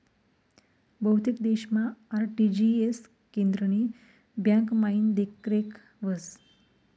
बहुतेक देशमा आर.टी.जी.एस केंद्रनी ब्यांकमाईन देखरेख व्हस